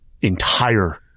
entire